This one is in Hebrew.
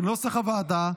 כנוסח הוועדה.